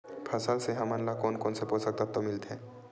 फसल से हमन ला कोन कोन से पोषक तत्व मिलथे?